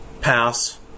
pass